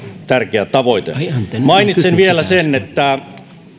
tärkeä tavoite mainitsen vielä sen että